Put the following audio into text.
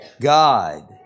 God